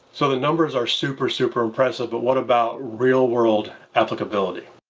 so, the numbers are super, super impressive, but what about real-world applicability?